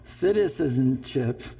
Citizenship